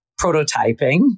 prototyping